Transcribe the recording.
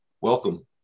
Welcome